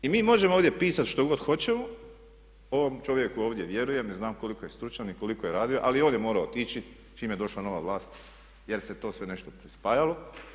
I mi možemo ovdje pisati što god hoćemo, ovom čovjeku ovdje vjerujem jer znam koliko je stručan i koliko je radio ali i on je morao otići čim je došla nova vlast jer se to sve nešto prispajalo.